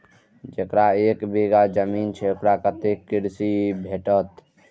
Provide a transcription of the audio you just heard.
जकरा एक बिघा जमीन छै औकरा कतेक कृषि ऋण भेटत?